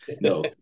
no